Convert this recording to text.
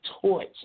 torch